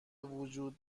وجود